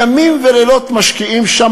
ימים ולילות משקיעים שם,